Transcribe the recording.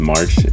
March